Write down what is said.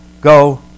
go